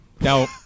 Now